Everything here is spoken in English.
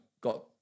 got